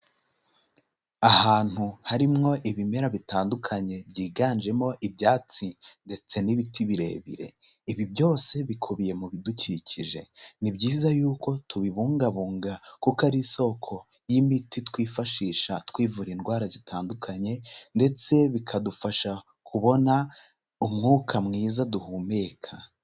Ahantu harimwo ibimera bitandukanye byiganjemo ibyatsi ndetse n'ibiti birebire, ibi byose bikubiye mu bidukikije, ni byiza y'uko tubibungabunga kuko ari isoko y'imiti twifashisha twivura indwara zitandukanye ndetse bikadufasha kubona umwuka mwiza duhumeka.